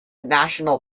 national